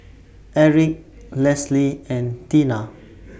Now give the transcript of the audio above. Erick Lesley and Tina